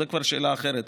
זו כבר שאלה אחרת.